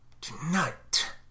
Tonight